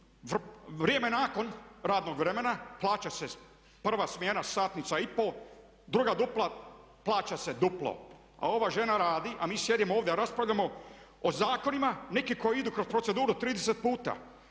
vrijeme nakon radnog vremena plaća se prva smjena satnica i po, druga dupla, plaća se duplo. A ova žena radi, a mi sjedimo ovdje, raspravljamo o zakonima, neki koji idu kroz proceduru 30 puta.